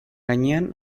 gainean